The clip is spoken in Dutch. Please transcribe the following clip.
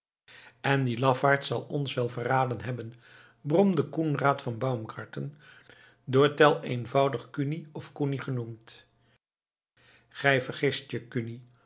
en die lafaard zal ons wel verraden hebben bromde koenraad van baumgarten door tell eenvoudig kuni of koeni genoemd gij vergist